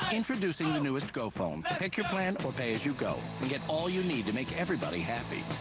introducing the newest gophone. pick your plan or pay as you go. and get all you need to make everybody happy.